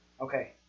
Okay